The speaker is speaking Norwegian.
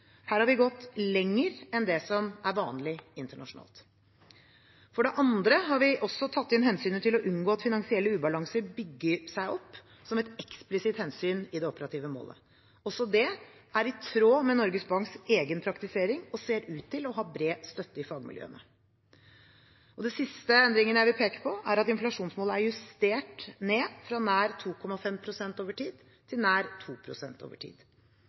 Her har vi gått lenger enn det som er vanlig internasjonalt. For det andre har vi også tatt inn hensynet til å unngå at finansielle ubalanser bygger seg opp, som et eksplisitt hensyn i det operative målet. Også det er i tråd med Norges Banks egen praktisering og ser ut til å ha bred støtte i fagmiljøene. Den siste endringen jeg vil peke på, er at inflasjonsmålet er justert ned fra «over tid nær 2,5 pst.» til «over tid nær 2 pst.». I 2001 ble målet satt litt over